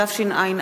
התשע"א